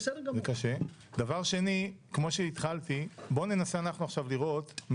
דבר שני, כמו שהתחלתי בוא ננסה עכשיו לראות.